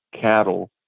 cattle